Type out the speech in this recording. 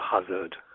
hazard